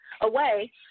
away